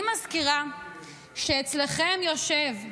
אני מזכירה שאצלכם יושב אדם,